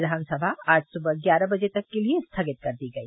विधानसभा आज सुबह ग्यारह बजे तक के लिए स्थगित कर दी गई